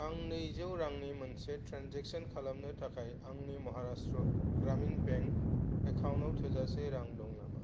आं नैजौ रांनि मोनसे ट्रेनजेक्स'न खालामनो थाखाय आंनि महाराष्ट्र ग्रामिन बेंक एकाउन्टाव थोजासे रां दं नामा